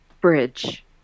Bridge